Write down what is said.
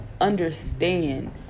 understand